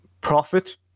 profit